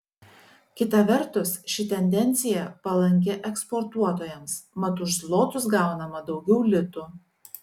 kita vertus ši tendencija palanki eksportuotojams mat už zlotus gaunama daugiau litų